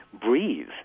breathe